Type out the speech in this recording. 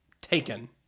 taken